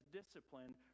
disciplined